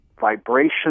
vibration